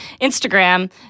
Instagram